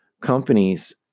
companies